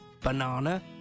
banana